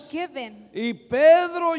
given